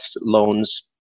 loans